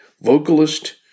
vocalist